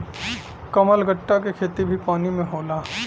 कमलगट्टा के खेती भी पानी में होला